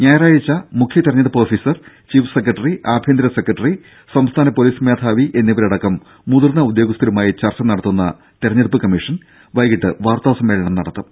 ഞായറാഴ്ച മുഖ്യതെരഞ്ഞെടുപ്പ് officer chief secretary ആഭ്യന്തര സെക്രട്ടറി സംസ്ഥാന പൊലീസ് മേധാവി എന്നിവരടക്കം മുതിർന്ന ഉദ്യോഗസ്ഥരുമായി ചർച്ച നടത്തുന്ന തെരഞ്ഞെടുപ്പ് കമ്മീഷൻ വൈകിട്ട് വാർത്താസമ്മേളനം നടത്തും